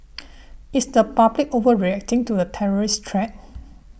is the public overreacting to the terrorist threat